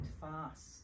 fast